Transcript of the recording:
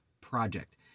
project